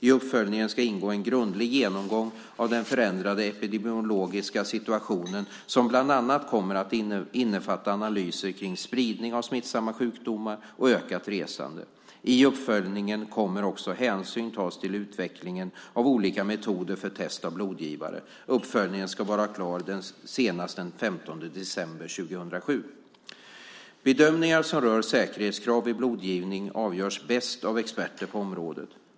I uppföljningen ska ingå en grundlig genomgång av den förändrade epidemiologiska situationen, som bland annat kommer att innefatta analyser kring spridning av smittsamma sjukdomar och ökat resande. I uppföljningen kommer också hänsyn att tas till utvecklingen av olika metoder för test av blodgivare. Uppföljningen ska vara klar senast den 15 december 2007. Bedömningar som rör säkerhetskrav vid blodgivning avgörs bäst av experter på området.